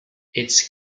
its